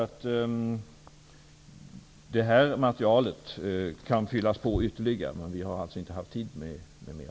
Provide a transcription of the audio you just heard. Det här materialet kan fyllas på ytterligare, men vi har inte haft tid med mer.